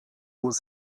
was